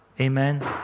Amen